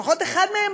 לפחות אחד מהם,